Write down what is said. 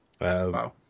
Wow